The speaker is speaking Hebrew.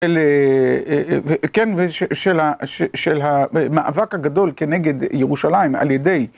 כן ושל המאבק הגדול כנגד ירושלים על ידי